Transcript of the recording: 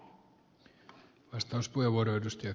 arvoisa puhemies